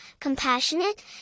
compassionate